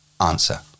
Answer